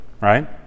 right